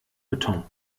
beton